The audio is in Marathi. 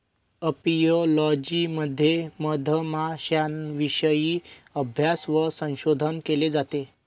अपियोलॉजी मध्ये मधमाश्यांविषयी अभ्यास व संशोधन केले जाते